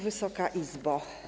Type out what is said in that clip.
Wysoka Izbo!